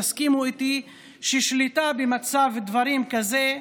תסכימו איתי ששליטה במצב דברים כזה היא